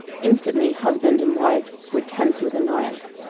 instantly husband and wife were tense with annoyance.